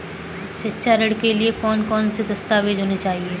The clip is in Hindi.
शिक्षा ऋण के लिए कौन कौन से दस्तावेज होने चाहिए?